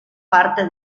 parte